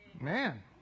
Man